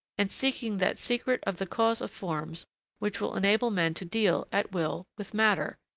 and seeking that secret of the cause of forms which will enable men to deal, at will, with matter,